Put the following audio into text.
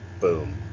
Boom